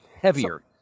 heavier